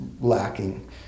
lacking